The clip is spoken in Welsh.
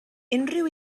unrhyw